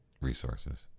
resources